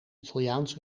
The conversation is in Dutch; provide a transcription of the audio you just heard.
italiaans